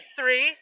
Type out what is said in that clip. Three